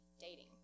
dating